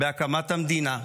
בהקמת המדינה,